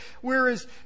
whereas